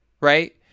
Right